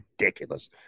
ridiculous